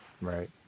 Right